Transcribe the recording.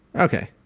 Okay